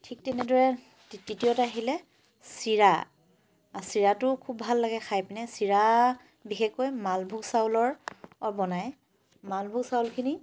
ঠিক তেনেদৰে তৃতীয়তে আহিলে চিৰা চিৰাটো খুব ভাল লাগে খাই পিনে চিৰা বিশেষকৈ মালভোগ চাউলৰ অৰ বনায় মালভোগ চাউলখিনি